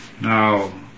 Now